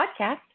podcast